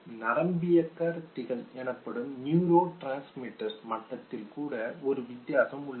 நரம்பியக்கடத்திகள் எனப்படும் neurotransmitters மட்டத்தில் கூட ஒரு வித்தியாசம் உள்ளது